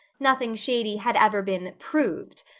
nothing shady had ever been proved.